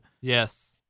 Yes